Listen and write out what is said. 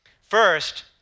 First